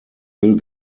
will